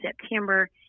September